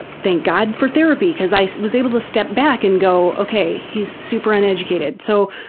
thank god for therapy cause i was able to step back and go, ok he is super uneducated. so